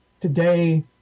Today